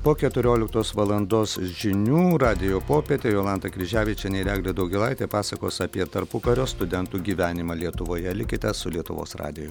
po keturioliktos valandų žinių radijo popietė jolanta kryževičienė ir eglė daugėlaitė pasakos apie tarpukario studentų gyvenimą lietuvoje likite su lietuvos radiju